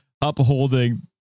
upholding